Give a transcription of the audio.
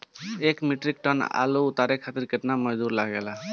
एक metric ton आलू उतारे खातिर केतना मजदूरी लागेला?